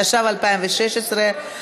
התשע"ו 2016,